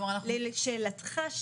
לשאלתך,